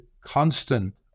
constant